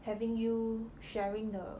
having you sharing the